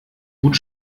gut